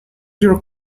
your